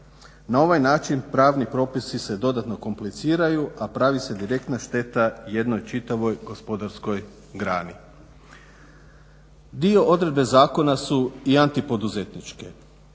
Na ovaj način pravni propisi se dodatno kompliciraju a pravi se direktna šteta jednoj čitavoj gospodarskoj grani. Dio odredbe zakona su i antipoduzetničke.